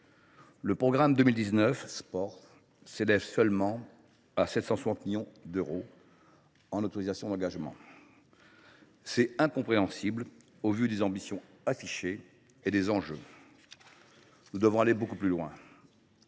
Le programme 219 « Sport » s’élève seulement à 760 millions d’euros en autorisations d’engagement. C’est incompréhensible au regard des ambitions affichées et des enjeux. Nous devons aller beaucoup plus loin.